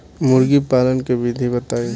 मुर्गी पालन के विधि बताई?